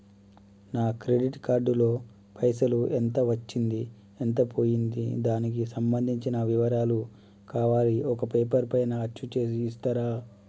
నా credit card లో పైసలు ఎంత వచ్చింది ఎంత పోయింది దానికి సంబంధించిన వివరాలు కావాలి ఒక పేపర్ పైన అచ్చు చేసి ఇస్తరా?